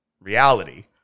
reality